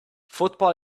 football